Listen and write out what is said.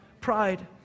pride